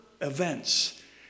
events